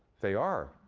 they are.